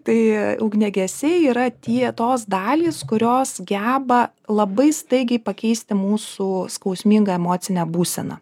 tai ugniagesiai yra tie tos dalys kurios geba labai staigiai pakeisti mūsų skausmingą emocinę būseną